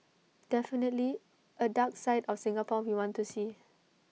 definitely A dark side of Singapore we want to see